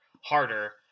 harder